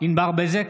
ענבר בזק,